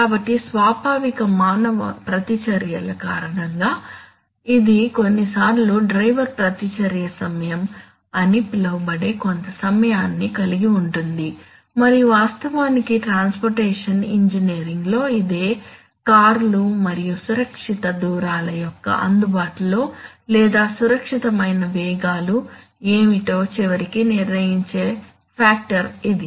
కాబట్టి స్వాభావిక మానవ ప్రతిచర్యల కారణంగా ఇది కొన్నిసార్లు డ్రైవర్ ప్రతిచర్య సమయం అని పిలువబడే కొంత సమయాన్ని కలిగి ఉంటుంది మరియు వాస్తవానికి ట్రాన్స్పోర్టేషన్ ఇంజనీరింగ్లో ఇదే కార్లు మరియు సురక్షిత దూరాల యొక్క అందుబాటులో లేదా సురక్షితమైన వేగాలు ఏమిటో చివరికి నిర్ణయించే ఫాక్టర్ ఇది